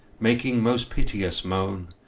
making most piteous mone,